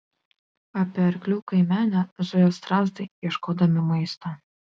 apie arklių kaimenę zujo strazdai ieškodami maisto